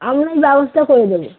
আমরাই ব্যবস্থা করে দেবো